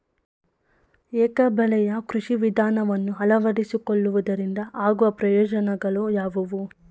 ಏಕ ಬೆಳೆಯ ಕೃಷಿ ವಿಧಾನವನ್ನು ಅಳವಡಿಸಿಕೊಳ್ಳುವುದರಿಂದ ಆಗುವ ಪ್ರಯೋಜನಗಳು ಯಾವುವು?